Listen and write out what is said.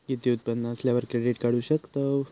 किती उत्पन्न असल्यावर क्रेडीट काढू शकतव?